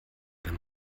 wenn